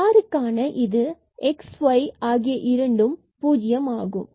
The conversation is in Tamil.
எனவே rக்கான இது xy ஆகிய இரண்டும் பூஜ்யம் ஆகும்